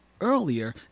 earlier